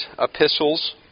epistles